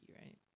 right